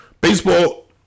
Baseball